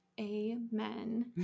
Amen